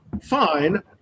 fine